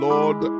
Lord